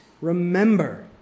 remember